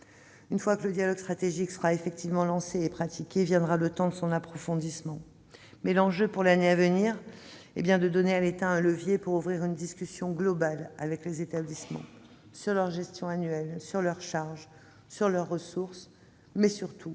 Une fois que le dialogue stratégique sera effectivement lancé et appliqué, viendra le temps de son approfondissement. L'enjeu pour l'année à venir est de fournir à l'État un levier pour ouvrir une discussion globale avec les établissements sur leur gestion annuelle, leurs charges, leurs ressources, mais surtout